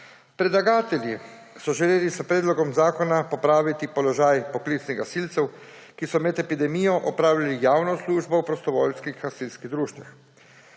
Predlagatelji so želeli s predlogom zakona popraviti položaj poklicnih gasilcev, ki so med epidemijo opravljali javno službo v prostovoljskih gasilskih društvih.